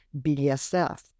BSF